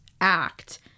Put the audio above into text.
act